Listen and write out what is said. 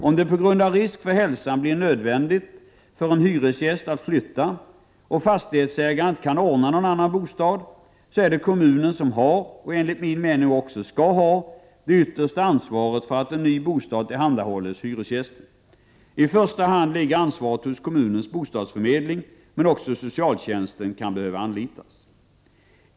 Om det på grund av risk för hälsan blir nödvändigt för en hyresgäst att flytta och fastighetsägaren inte kan ordna någon annan bostad är det kommunen som har, och enligt min mening också skall ha, det yttersta ansvaret för att en ny bostad tillhandahålls hyresgästen. I första hand ligger ansvaret hos kommunens bostadsförmedling, men också socialtjänsten kan behöva anlitas.